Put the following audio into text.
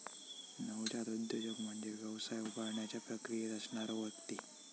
नवजात उद्योजक म्हणजे व्यवसाय उभारण्याच्या प्रक्रियेत असणारो व्यक्ती